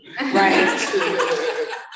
right